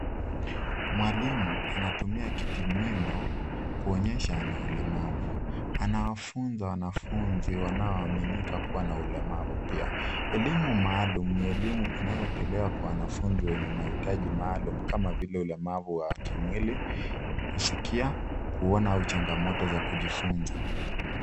Mwalimu anatumia kitimwendo kuonyesha ana ulemavu. Anawafunza wanafunzi wanaoaminika kuwa na ulemavu pia. Elimu maalum ni elimu inayotolewa kwa wanafunzi wenye mahitaji maalum kama vile ulemavu wa kimwili kusikia, kuona au changamoto za kujifunza.